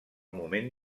moment